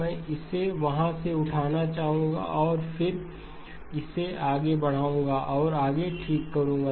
मैं इसे वहां से उठाना चाहूंगा और फिर इसे आगे बढ़ाऊंगा और आगे ठीक करूंगा